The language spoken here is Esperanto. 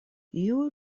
iuj